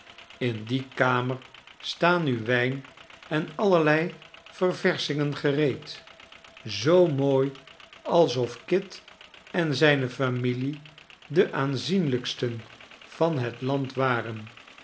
in die kamer staan nu wijn en allerlei ververschingen gereed zoo mooi alsof kit en zijne familie de aanzienlijksten van het land waren